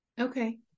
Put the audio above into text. Okay